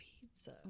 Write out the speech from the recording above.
pizza